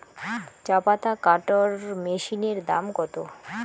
চাপাতা কাটর মেশিনের দাম কত?